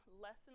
lesson